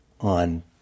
on